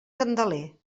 candeler